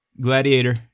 Gladiator